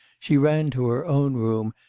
she ran to her own room,